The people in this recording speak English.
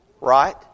right